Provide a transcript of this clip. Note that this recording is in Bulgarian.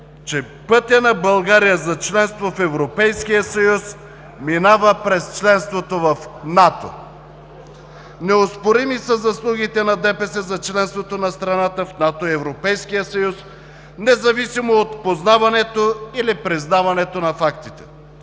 че пътят на България за членство в Европейския съюз минава през членството в НАТО. Неоспорими са заслугите на ДПС за членството на страната в НАТО и Европейския съюз независимо от познаването или признаването на фактите.